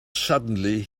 suddenly